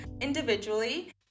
individually